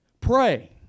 Pray